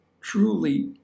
truly